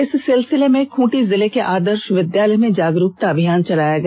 इस सिलसिले में खुंटी जिले के आदर्ष विद्यालय में जागरूकता अभियान चलाया गया